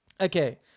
Okay